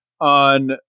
on